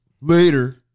Later